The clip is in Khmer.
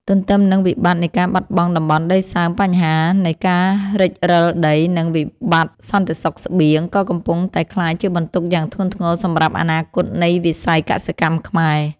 ទន្ទឹមនឹងវិបត្តិនៃការបាត់បង់តំបន់ដីសើម បញ្ហានៃ ការរិចរឹលដី និងវិបត្តិសន្តិសុខស្បៀង ក៏កំពុងតែក្លាយជាបន្ទុកយ៉ាងធ្ងន់ធ្ងរសម្រាប់អនាគតនៃវិស័យកសិកម្មខ្មែរ។